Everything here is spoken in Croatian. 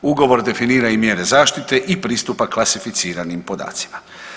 Ugovor definira i mjere zaštite i pristupa klasificiranim podacima.